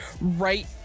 right